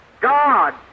God